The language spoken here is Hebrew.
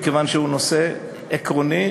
מכיוון שהוא נושא עקרוני,